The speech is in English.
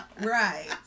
Right